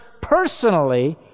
personally